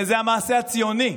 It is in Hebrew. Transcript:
וזה המעשה הציוני.